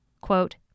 quote